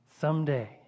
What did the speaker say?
someday